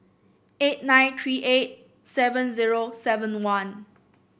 eight nine three eight seven zero seven one